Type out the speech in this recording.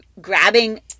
grabbing